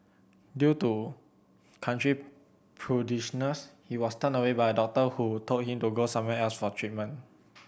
due to country prudishness he was turned away by a doctor who told him to go elsewhere for treatment